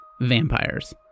vampires